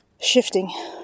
shifting